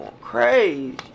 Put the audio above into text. crazy